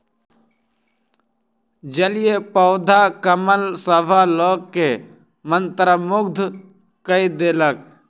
जलीय पौधा कमल सभ लोक के मंत्रमुग्ध कय देलक